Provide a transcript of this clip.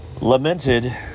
Lamented